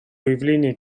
выявления